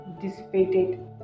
dissipated